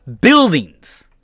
buildings